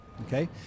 okay